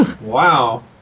Wow